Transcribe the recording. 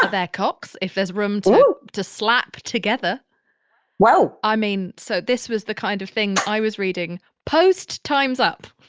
ah there cocks? if there's room to to slap together woah i mean so this was the kind of thing i was reading. post time's up.